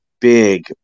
big